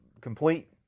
complete